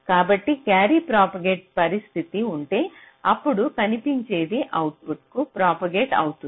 కాబట్టి carry propagate పరిస్థితి ఉంటే అప్పుడు కనిపించేది అవుట్పుట్కు ప్రాపగేట్ అవుతుంది